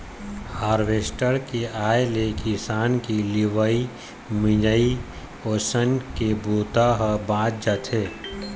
harvester के आए ले किसान के लुवई, मिंजई, ओसई के बूता ह बाँच जाथे